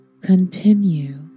continue